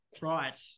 Right